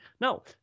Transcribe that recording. No